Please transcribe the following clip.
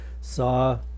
saw